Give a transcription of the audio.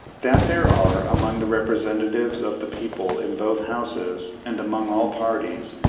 that there are, among the representatives of the people in both houses, and among all parties,